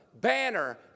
banner